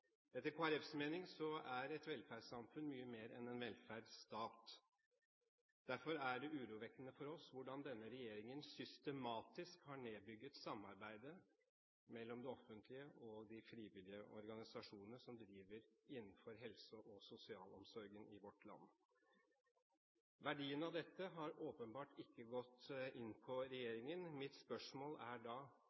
Etter Kristelig Folkepartis mening er et velferdssamfunn mye mer enn en velferdsstat. Derfor er det urovekkende for oss hvordan denne regjeringen systematisk har nedbygd samarbeidet mellom det offentlige og de frivillige organisasjonene som driver innenfor helse- og sosialomsorgen i vårt land. Verdien av dette har åpenbart ikke gått opp for regjeringen. Mitt spørsmål er da: